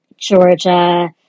Georgia